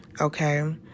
Okay